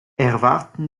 erwarten